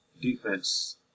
defense